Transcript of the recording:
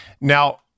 Now